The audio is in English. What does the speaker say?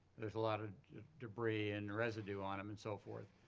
there's a lot of debris and residue on them and so forth.